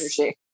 energy